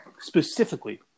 specifically